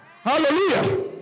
Hallelujah